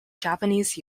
japanese